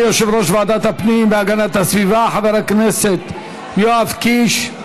תודה ליושב-ראש ועדת הפנים והגנת הסביבה חבר הכנסת יואב קיש.